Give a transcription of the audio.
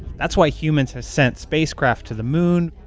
that's why humans have sent spacecraft to the moon,